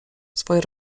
swoje